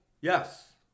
yes